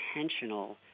intentional